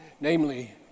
Namely